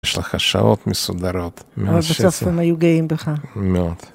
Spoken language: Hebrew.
יש לך שעות מסודרות. אבל בסוף הם היו גאים בך. מאוד.